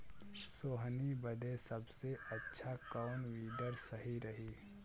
सोहनी बदे सबसे अच्छा कौन वीडर सही रही?